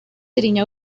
sitting